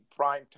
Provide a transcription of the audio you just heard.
primetime